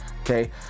Okay